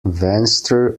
venstre